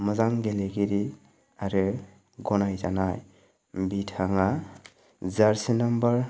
मोजां गेलेगिरि आरो गनाय जानाय बिथाङा जारसि नाम्बार